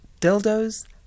dildos